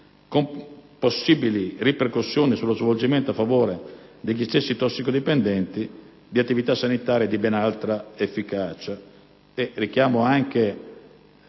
con possibili ripercussioni sullo svolgimento a favore degli stessi tossicodipendenti di attività sanitarie di ben altra efficacia.